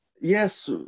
yes